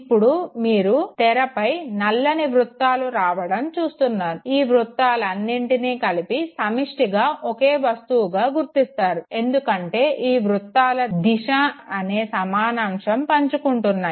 ఇప్పుడు మీరు తెరపై నల్లని వృత్తాలు రావడం చూస్తున్నారు ఈ వృత్తాలు అన్నింటిని కలిపి సమిష్టిగా ఒక్కటే వస్తువుగా గుర్తిస్తారు ఎందుకంటే ఈ వృత్తాల దిశ అనే సమానాంశము పంచుకుంటున్నాయి